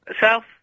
South